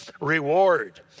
reward